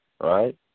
right